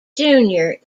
junior